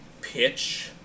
pitch